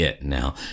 Now